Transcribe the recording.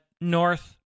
north